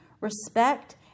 respect